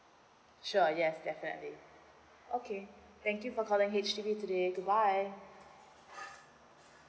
sure yes definitely okay thank you for calling H_D_B today good bye